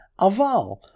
aval